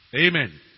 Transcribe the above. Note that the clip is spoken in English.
Amen